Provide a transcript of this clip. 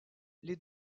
les